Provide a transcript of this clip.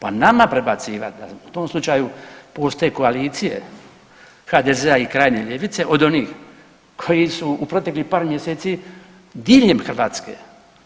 Pa nama prebacivat da u tom slučaju postoje koalicije HDZ-a i krajnje ljevice od onih koji su u proteklih par mjeseci diljem Hrvatske